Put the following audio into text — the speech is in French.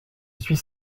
suis